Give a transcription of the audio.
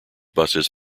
buses